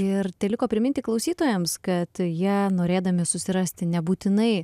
ir teliko priminti klausytojams kad jie norėdami susirasti nebūtinai